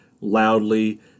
loudly